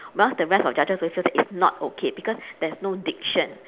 whilst the rest of the judges always feel that it's not okay because there's no diction